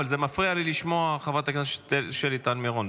אבל זה מפריע לי לשמוע את חברת הכנסת שלי טל מירון,